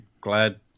glad